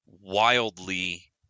wildly